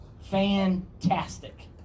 fantastic